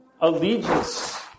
allegiance